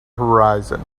horizon